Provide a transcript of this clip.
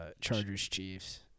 Chargers-Chiefs